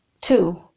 Two